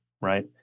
right